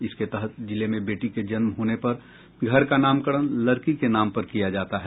इसके तहत जिले में बेटी के जन्म होने पर घर का नामकरण लड़की के नाम पर किया जाता है